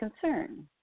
concern